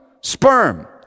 sperm